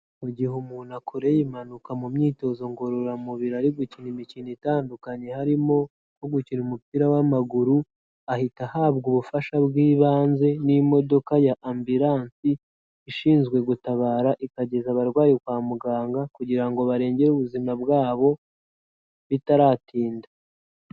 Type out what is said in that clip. Mu gihe umuntu akoreye impanuka mu myitozo ngororamubiri ari gukina imikino itandukanye harimo nko gukina umupira w'amaguru, ahita ahabwa ubufasha bw'ibanze n'imodoka ya ambiransi, ishinzwe gutabara ikageza abarwayi kwa muganga kugira ngo barengere ubuzima bwabo bitaratinda.